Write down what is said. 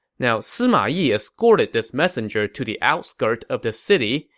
now, sima yi escorted this messenger to the outskirt of the city,